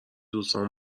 دوستام